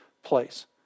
Place